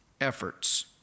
Efforts